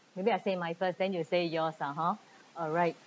maybe I say mine first then you say yours ah ha alright